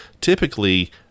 typically